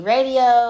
Radio